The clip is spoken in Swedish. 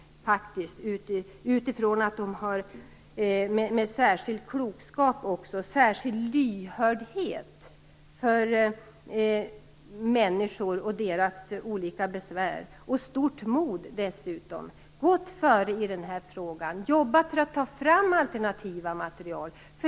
De har med klokskap, särskild lyhördhet för människor och deras olika besvär samt stort mod gått före och jobbat för att ta fram alternativa material.